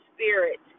Spirit